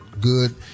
good